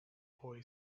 boy